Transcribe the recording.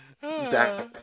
Back